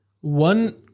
one